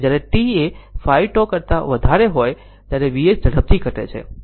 અને જ્યારે t એ 5 τ કરતા વધારે હોય ત્યારે Vs ઝડપથી ઘટે છે